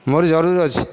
ମୋର ଜରୁରୀ ଅଛି